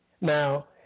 Now